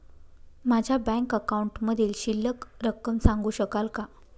माझ्या बँक अकाउंटमधील शिल्लक रक्कम सांगू शकाल का?